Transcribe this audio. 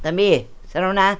தம்பி சரவணா